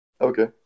okay